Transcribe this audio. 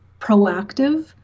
proactive